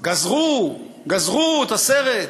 גזרו את הסרט,